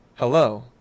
Hello